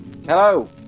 Hello